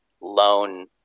loan